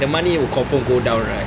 the money would confirm go down right